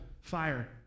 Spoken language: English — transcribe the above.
fire